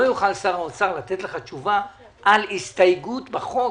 לא יוכל שר האוצר לתת לך תשובה על הסתייגות בחוק,